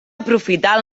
aprofitar